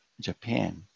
Japan